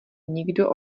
nikdo